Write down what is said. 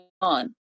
on